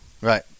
Right